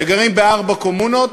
שגרים בארבע קומונות.